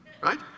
right